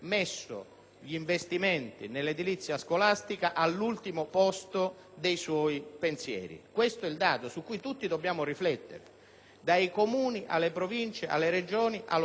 gli investimenti nell'edilizia scolastica all'ultimo posto tra i suoi pensieri. Questo è il dato su cui tutti dobbiamo riflettere, dai Comuni alle Province, alle Regioni, allo Stato.